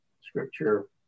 scripture